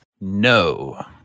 No